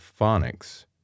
phonics